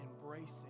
embracing